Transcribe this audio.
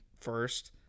first